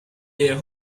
their